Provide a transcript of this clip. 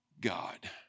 God